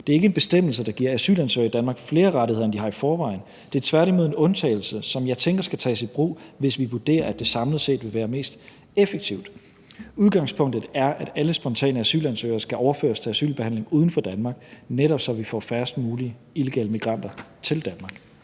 Det er ikke en bestemmelse, der giver asylansøgere i Danmark flere rettigheder, end de har i forvejen; det er tværtimod en undtagelse, som jeg tænker skal tages i brug, hvis vi vurderer, at det samlet set vil være mest effektivt. Udgangspunktet er, at alle spontane asylansøgere skal overføres til asylbehandling uden for Danmark, netop så vi får færrest mulige illegale migranter til Danmark.